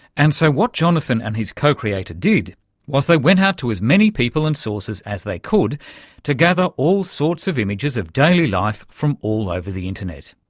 and so what jonathan and his co-creator did was they went out to as many people and sources as they could to gather all sorts of images of daily life from all over the internet.